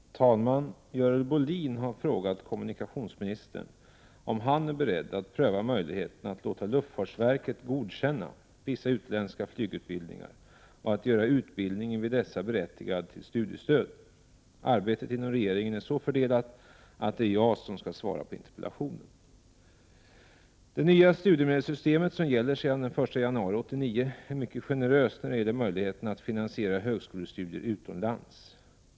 Herr talman! Görel Bohlin har frågat kommunikationsministern om han är beredd att pröva möjligheten att låta luftfartsverket ”godkänna” vissa utländska flygutbildningar och att göra utbildningen vid dessa berättigad till studiestöd. Arbetet inom regeringen är så fördelat att det är jag som skall svara på interpellationen. Det nya studiemedelssystem som gäller sedan den 1 januari 1989 är mycket generöst när det gäller möjligheten att finansiera högskolestudier utomlands.